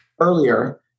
earlier